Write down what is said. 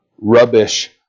rubbish